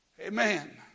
Amen